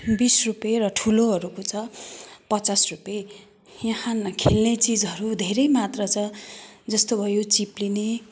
बिस रुपियाँ र ठुलोहरूको छ पचास रुपियाँ यहाँ न खेल्ने चिजहरू धेरै मात्रा छ जस्तो भयो चिप्लिने